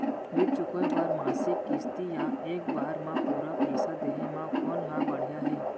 ऋण चुकोय बर मासिक किस्ती या एक बार म पूरा पइसा देहे म कोन ह बढ़िया हे?